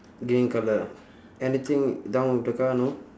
green colour anything down with the car no